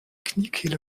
kniekehle